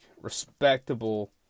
respectable